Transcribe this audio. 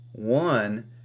One